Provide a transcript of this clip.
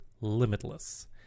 Limitless